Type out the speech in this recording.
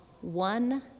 One